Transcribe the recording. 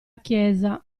chiesa